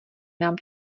nám